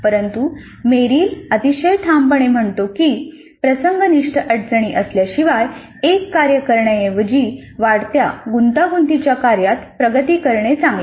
परंतु मेरिल अतिशय ठामपणे म्हणतो की प्रसंगनिष्ठ अडचणी असल्याशिवाय एक कार्य करण्याऐवजी वाढत्या गुंतागुंतीच्या कार्यात प्रगती करणे चांगले